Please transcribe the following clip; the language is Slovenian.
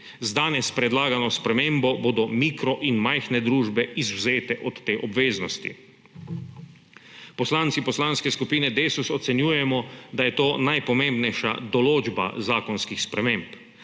Z danes predlagano spremembo bodo mikro- in majhne družbe izvzete od te obveznosti. Poslanci Poslanske skupine Desus ocenjujemo, da je to najpomembnejša določba zakonskih sprememb.